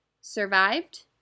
survived